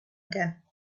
again